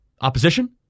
opposition